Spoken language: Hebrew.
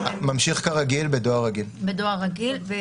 ממשיך כרגיל, בדואר רגיל.